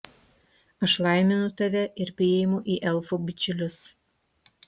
aš laiminu tave ir priimu į elfų bičiulius